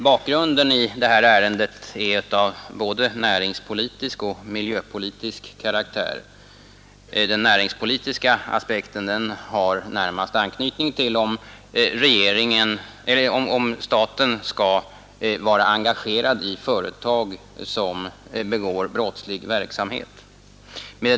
Bakgrunden till det här ärendet är av både näringspolitisk och miljöpolitisk karaktär. Den näringspolitiska aspekten har närmast anknytning till om staten skall vara engagerad i företag som bedriver brottslig verksamhet.